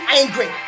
angry